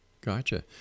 Gotcha